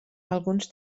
alguns